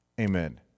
Amen